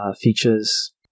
features